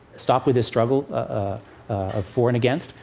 stop with the struggle ah of for and against?